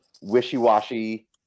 wishy-washy